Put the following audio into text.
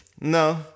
No